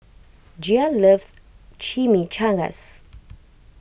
Gia loves Chimichangas